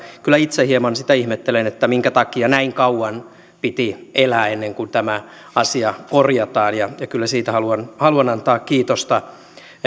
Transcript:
kyllä itse hieman sitä ihmettelen minkä takia näin kauan piti elää ennen kuin tämä asia korjataan ja ja siitä kyllä haluan antaa kiitosta